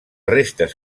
restes